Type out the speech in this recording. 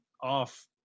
off